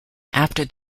after